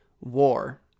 war